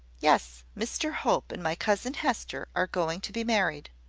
yes mr hope and my cousin hester are going to be married.